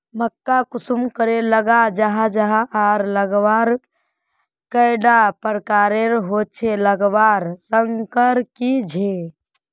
मक्का कुंसम करे लगा जाहा जाहा आर लगवार कैडा प्रकारेर होचे लगवार संगकर की झे?